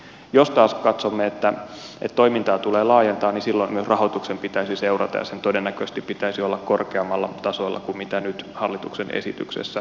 jos taas katsomme että toimintaa tulee laajentaa niin silloin myös rahoituksen pitäisi seurata ja sen todennäköisesti pitäisi olla korkeammalla tasolla kuin mitä nyt hallituksen esityksessä on linjattu